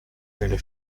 nelle